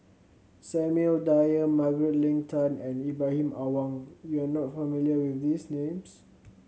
Samuel Dyer Margaret Leng Tan and Ibrahim Awang you are not familiar with these names